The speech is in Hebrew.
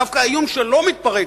דווקא האיום שלא מתפרץ,